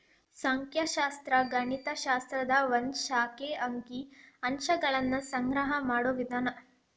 ಸಂಖ್ಯಾಶಾಸ್ತ್ರ ಗಣಿತ ಶಾಸ್ತ್ರದ ಒಂದ್ ಶಾಖೆ ಅಂಕಿ ಅಂಶಗಳನ್ನ ಸಂಗ್ರಹ ಮಾಡೋ ವಿಧಾನ